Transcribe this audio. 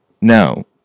No